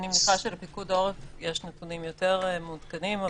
אני מניחה שלפיקוד העורף יש נתונים יותר מעודכנים.